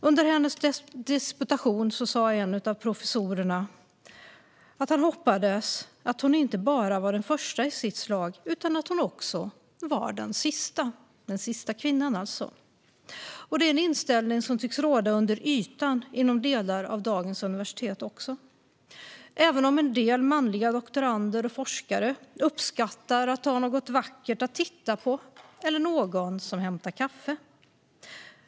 Under hennes disputation sa en av professorerna att han hoppades att hon inte bara var den första i sitt slag utan att hon också var den sista - alltså den sista kvinnan. Det är en inställning som tycks råda under ytan inom delar av dagens universitet också, även om en del manliga doktorander och forskare uppskattar att ha något vackert att titta på eller någon som hämtar kaffe.